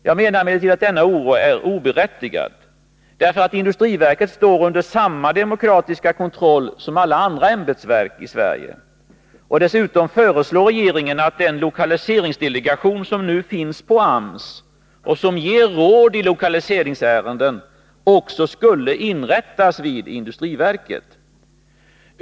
Jag menar emellertid att denna oro är oberättigad, därför att industriverket står under samma demokratiska kontroll som alla andra ämbetsverk i Sverige. Dessutom föreslår regeringen att den lokaliseringsdelegation som nu finns på AMS och som ger råd i lokaliseringsärenden också skall inrättas vid industriverket.